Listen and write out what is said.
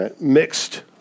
mixed